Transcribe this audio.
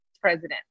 president